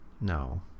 No